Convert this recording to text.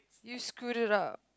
you screwed it up